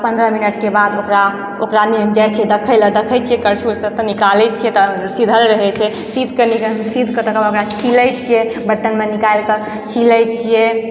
पन्द्रह मिनटके बाद ओकरामे जाइ छियै देखयलऽ देखय छियै तऽ करछुलसँ तऽ निकालैत छियै तऽ सींझल रहैत छै सिद्धकऽ तकर बाद ओकरा छिलैत छियै बरतनमे निकालिके छिलैत छियै